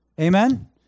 Amen